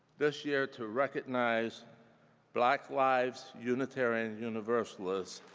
this year to recognize black lives unitarian universalist